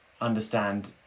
understand